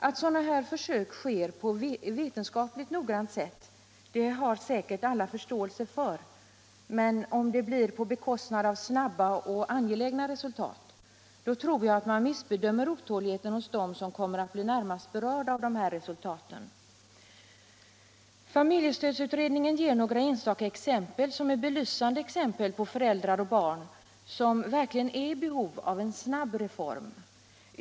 Att sådana här försök sker på ett vetenskapligt noggrant sätt har säkert alla förståelse för, men om det blir på bekostnad av snabba och angelägna resultat, tror jag att man missbedömer otåligheten hos dem som kommer att bli närmast berörda av resultaten. Familjestödsutredningen ger några enstaka exempel, som är belysande, på föräldrar och barn som verkligen är i behov av en snabb reform.